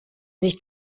sich